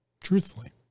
Truthfully